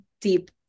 deep